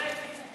אחרי טיבי.